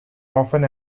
often